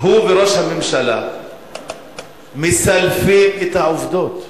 הוא וראש הממשלה מסלפים את העובדות,